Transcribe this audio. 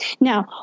Now